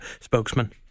spokesman